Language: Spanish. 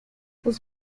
los